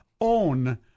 own